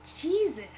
jesus